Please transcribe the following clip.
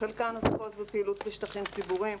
חלקן עוסקות בפעילות בשטחים ציבוריים,